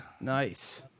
Nice